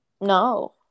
No